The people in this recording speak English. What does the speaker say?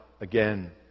again